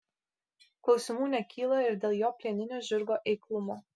klausimų nekyla ir dėl jo plieninio žirgo eiklumo